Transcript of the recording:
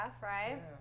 right